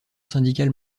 syndicale